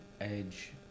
edge